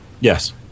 Yes